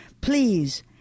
please